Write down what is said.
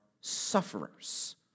sufferers